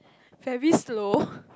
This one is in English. very slow